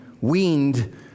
weaned